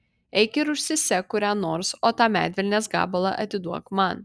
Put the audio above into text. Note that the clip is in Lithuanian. eik ir užsisek kurią nors o tą medvilnės gabalą atiduok man